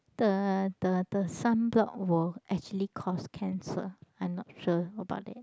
the the the sunblock will actually cause cancer I'm not sure about that